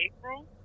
April